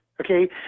Okay